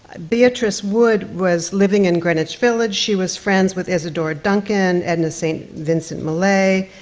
beatrice wood was living in greenwich village, she was friends with isadora duncan, edna st. vincent millay,